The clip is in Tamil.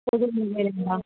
புது மொபைலுங்களா